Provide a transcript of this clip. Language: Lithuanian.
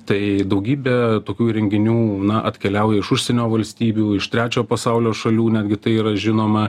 tai daugybė tokių įrenginių na atkeliauja iš užsienio valstybių iš trečio pasaulio šalių netgi tai yra žinoma